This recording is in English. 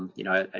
um you know, ah